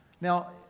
Now